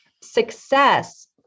success